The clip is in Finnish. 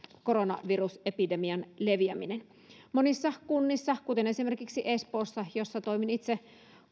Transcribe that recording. koronavirusepidemian leviäminen monissa kunnissa kuten esimerkiksi espoossa jossa toimin itse